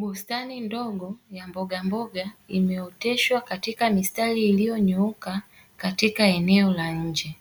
Bustani ndogo ya mbogamboga, imeoteshwa katika mistari iliyonyooka katika eneo la nje.